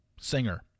singer